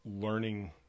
learning